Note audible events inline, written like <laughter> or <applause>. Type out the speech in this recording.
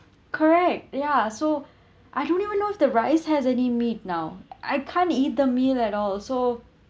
correct ya so <breath> I don't even know if the rice has any meat now I can't eat the meal at all so